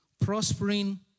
prospering